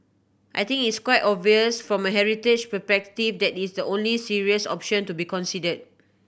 I think it's quite obvious from a heritage perspective that is the only serious option to be considered